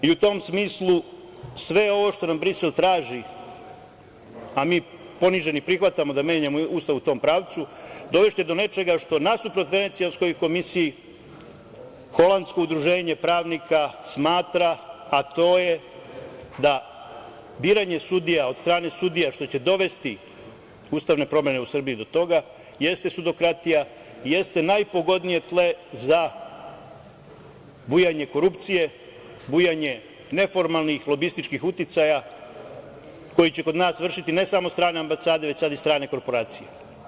U tom smislu, sve ovo što nam Brisel traži, a mi poniženi prihvatamo da menjamo Ustav u tom pravcu, dovešće do nečega što nasuprot Venecijanskoj komisiji, holandsko udruženje pravnika smatra, a to je da biranje sudija od strane sudija što će dovesti ustavne promene u Srbiji do toga, jeste sudokratija, jeste najpogodnije tle za bujanje korupcije, bujanje neformalnih lobističkih uticaja, koji će kod nas vršiti ne samo strane ambasade, već sad i strane korporacije.